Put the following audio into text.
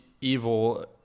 evil